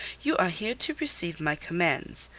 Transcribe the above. you are here to receive my commands.